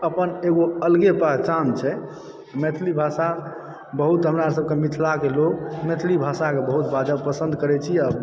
अपन एगो अलगे पहचान छै मैथिली भाषा बहुत हमरा सब कऽ मिथिलाक लोग मैथिली भाषा कऽ बहुत जादा पसंद करै छी आओर